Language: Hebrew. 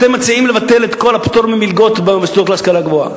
אתם מציעים לבטל את כל הפטור למלגות במוסדות להשכלה גבוהה.